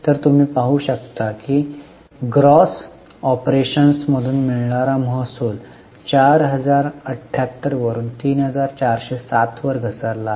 तर तुम्ही पाहु शकता की ग्रॉस ऑपरेशन्स मधून मिळणारा महसूल 4078 वरून 3407 वर घसरला आहे